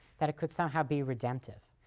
that it could somehow be redemptive,